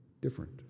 different